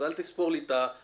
אז אל תספור לי את ה-150,